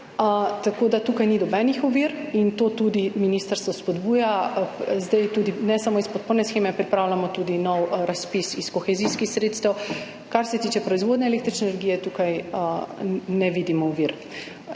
tako da tukaj ni nobenih ovir in to tudi ministrstvo spodbuja. Ne samo iz podporne sheme, zdaj tudi pripravljamo nov razpis iz kohezijskih sredstev. Kar se tiče proizvodnje električne energije, tukaj ne vidimo ovir,